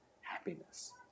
happiness